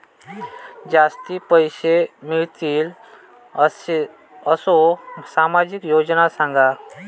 जास्ती पैशे मिळतील असो सामाजिक योजना सांगा?